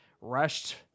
rushed